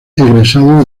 egresado